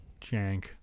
jank